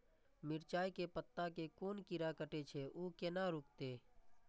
मिरचाय के पत्ता के कोन कीरा कटे छे ऊ केना रुकते?